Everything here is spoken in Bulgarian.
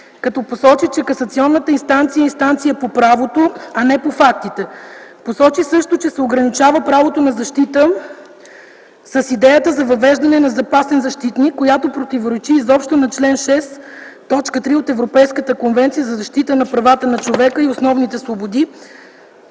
като посочи, че касационната инстанция е инстанция по правото, а не по фактите. Посочи също така, че се ограничава правото на защита с идеята за въвеждането на запасен защитник, която противоречи изобщо на чл. 6, т. 3 от Европейската конвенция за защита на правата на човека и основните свободи,